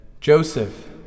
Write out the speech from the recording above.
Joseph